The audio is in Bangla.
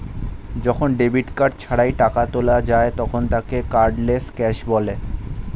যখন ডেবিট কার্ড ছাড়াই টাকা তোলা যায় তখন তাকে কার্ডলেস ক্যাশ বলে